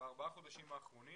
בארבעת החודשים האחרונים